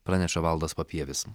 praneša valdas papievis